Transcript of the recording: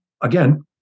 again